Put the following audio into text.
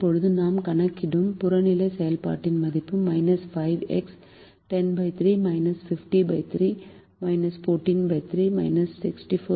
இப்போது நாம் கணக்கிடும் புறநிலை செயல்பாட்டின் மதிப்பு x 103 503 143 643